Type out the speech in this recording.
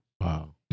Wow